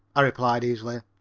i replied easily,